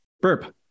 Burp